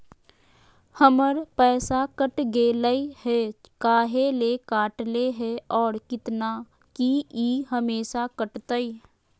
हमर पैसा कट गेलै हैं, काहे ले काटले है और कितना, की ई हमेसा कटतय?